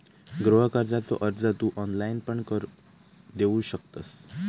गृह कर्जाचो अर्ज तू ऑनलाईण पण देऊ शकतंस